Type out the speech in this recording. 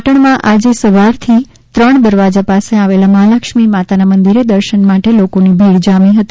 પાટણમાં આજે સવારથી ત્રણ દરવાજા પાસે આવેલા મહાલક્ષ્મી માતાના મંદિરે દર્શન માટે લોકોની ભીડ જામી હતી